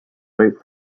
weight